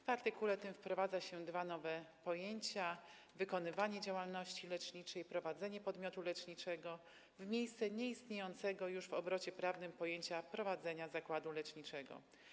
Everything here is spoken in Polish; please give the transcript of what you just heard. W artykule tym wprowadza się dwa nowe pojęcia: wykonywanie działalności leczniczej i prowadzenie podmiotu leczniczego - w miejsce nieistniejącego już w obrocie prawnym pojęcia prowadzenia zakładu leczniczego.